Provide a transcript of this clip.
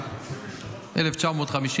1950,